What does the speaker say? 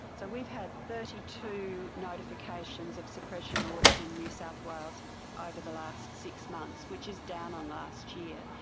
so we've had thirty two notifications of suppression orders in new south wales over the last six months, which is down on last year.